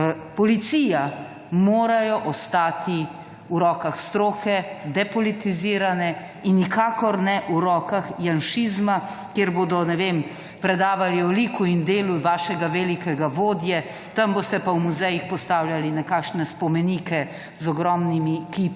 policija, morajo ostati v rokah stroke, depolitizirane in nikakor ne v rokah Janšizma kjer bodo, ne vem, predavali o liku in delu vašega velikega vodje, tam boste pa v muzej jih postavljali nekakšne spomenike z ogromnimi